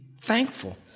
thankful